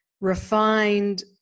refined